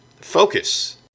focus